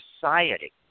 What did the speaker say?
society